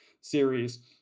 series